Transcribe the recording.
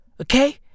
Okay